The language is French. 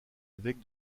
évêque